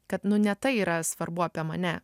kad nu ne tai yra svarbu apie mane